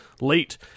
late